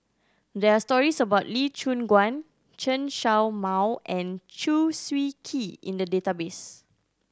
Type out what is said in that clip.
there are stories about Lee Choon Guan Chen Show Mao and Chew Swee Kee in the database